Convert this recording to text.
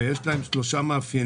לשינויים הללו יש שלושה מאפיינים,